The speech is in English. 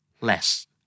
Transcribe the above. Less